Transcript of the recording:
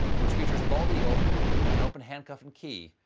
which features a bald eagle with an open handcuff and key,